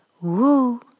Woo